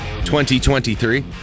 2023